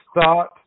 start